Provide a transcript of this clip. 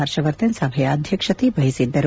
ಹರ್ಷ ವರ್ಧನ್ ಸಭೆಯ ಅಧ್ಯಕ್ಷತೆ ವಹಿಸಿದ್ದರು